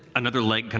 another leg